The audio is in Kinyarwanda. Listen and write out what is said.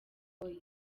boyz